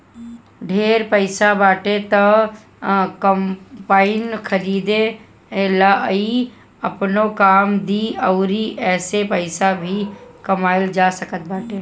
ढेर पईसा बाटे त कम्पाईन खरीद लअ इ आपनो काम दी अउरी एसे पईसा भी कमाइल जा सकत बाटे